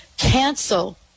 Cancel